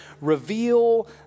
reveal